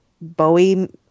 bowie